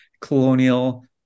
colonial